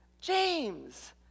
james